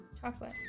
chocolate